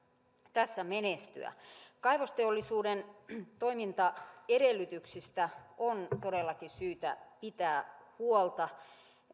tässä menestyä kaivosteollisuuden toimintaedellytyksistä on todellakin syytä pitää huolta